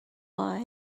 line